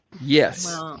Yes